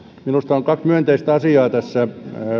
minusta kaksi myönteistä asiaa tässä